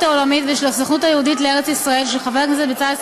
העולמית ושל הסוכנות לארץ-ישראל (תיקון,